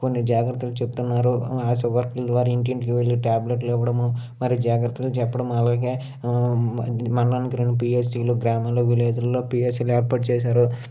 కొన్ని జాగ్రత్తలు చెప్తున్నారు అ శుభవార్తల ద్వారా ఇంటి ఇంటికి వెళ్ళి ట్యాబ్లేట్లు ఇవ్వడము మరి జాగ్రత్తలు చెప్పడము అలాగే ఆ మానానికి రెండు పియస్సిలు అలాగే గ్రామాల్లో విలేజుల్లో పియస్సిలు ఏర్పాటు చేశారు